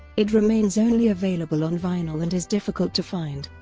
it remains only available on vinyl and is difficult to find.